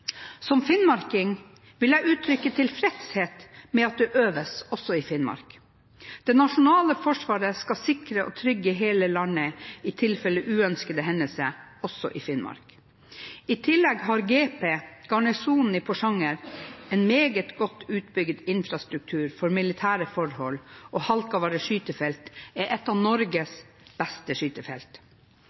Som finnmarking vil jeg uttrykke tilfredshet med at det øves også i Finnmark. Det nasjonale forsvaret skal sikre og trygge hele landet i tilfelle uønskede hendelser, også i Finnmark. I tillegg har GP, Garnisonen i Porsanger, en meget godt utbygd infrastruktur for militære forhold, og Halkavarre skytefelt er et av Norges beste skytefelt.